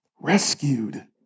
rescued